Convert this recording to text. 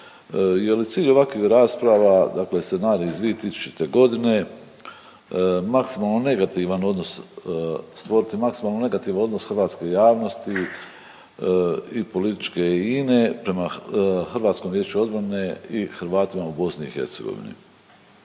cilj ovakvih rasprava dakle scenarij iz 2000.g., maksimalno negativan odnos stvoriti, maksimalno negativan odnos hrvatske javnosti i političke i ine prema HVO-u i Hrvatima u BiH? Dakle